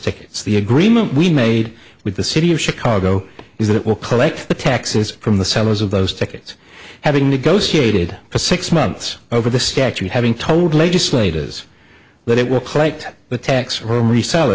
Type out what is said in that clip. tickets the agreement we made with the city of chicago is that it will collect the taxes from the sellers of those tickets having negotiated for six months over the statute having told legislate is that it will collect the tax from resell